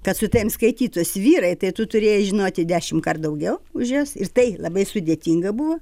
kad su tavim skaitytųsi vyrai tai tu turėjai žinoti dešimtkart daugiau už juos ir tai labai sudėtinga buvo